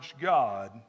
God